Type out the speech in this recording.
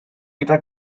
gyda